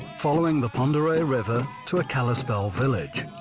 following the pend oreille river to a kalispel village,